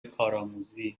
کارآموزی